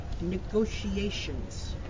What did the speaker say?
negotiations